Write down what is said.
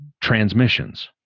transmissions